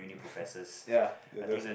ya the girls ah